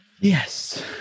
Yes